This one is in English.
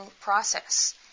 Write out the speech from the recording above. process